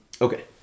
Okay